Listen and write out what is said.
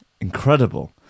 Incredible